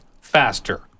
faster